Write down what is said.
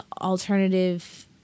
alternative